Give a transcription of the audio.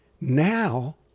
Now